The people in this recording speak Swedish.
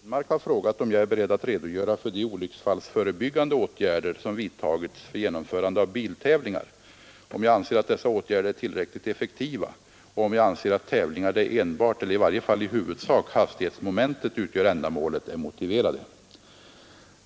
Herr talman! Herr Henmark har frågat om jag är beredd att redogöra för de olycksfallsförebyggande åtgärder som vidtagits för genomförande av biltävlingar, om jag anser att dessa åtgärder är tillräckligt effektiva och om jag anser att tävlingar där enbart eller i varje fall i huvudsak hastighetsmomentet utgör ändamålet är motiverade.